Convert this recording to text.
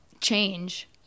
change